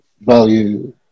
value